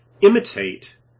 imitate